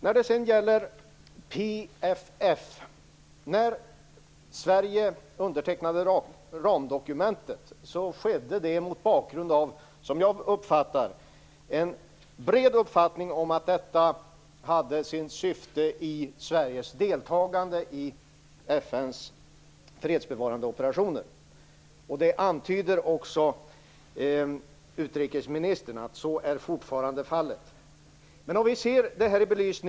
Vad gäller PFF fanns det, som jag uppfattar det, en bred uppfattning att Sveriges undertecknande av ramdokumentet hade sin utgångspunkt i Sveriges deltagande i FN:s fredsbevarande operationer. Utrikesministern antyder också att så fortfarande är fallet.